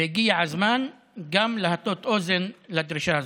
והגיע הזמן גם להטות אוזן לדרישה הזאת.